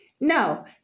No